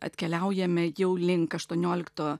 atkeliaujame jau link aštuoniolikto